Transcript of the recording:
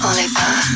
Oliver